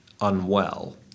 unwell